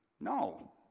No